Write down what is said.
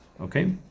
okay